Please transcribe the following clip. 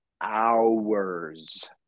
hours